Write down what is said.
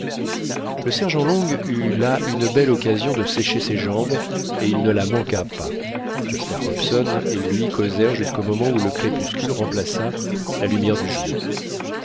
le sergent long eut là une belle occasion de sécher ses jambes et il ne la manqua pas jasper hobson et lui causèrent jusqu'au moment où le crépuscule remplaça la lumière du jour